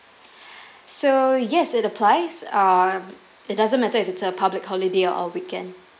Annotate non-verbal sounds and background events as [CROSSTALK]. [BREATH] so yes it applies uh it doesn't matter if it's a public holiday or weekend